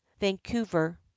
Vancouver